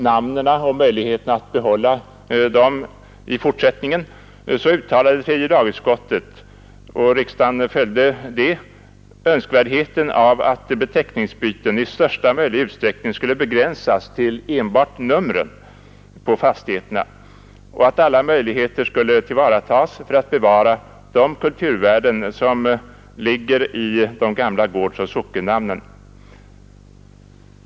Vad sedan gäller möjligheterna att behålla namnen på fastigheterna i fortsättningen betonade lagutskottet 1968 — och riksdagen följde utskottet — önskvärdheten av att beteckningsbytet i största möjliga utsträckning skulle begränsas till enbart numren på fastigheterna och att alla möjligheter skulle tillvaratas för att bevara de kulturvärden som ligger i de gamla gårdsoch sockennamnen.